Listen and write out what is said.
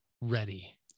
ready